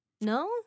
no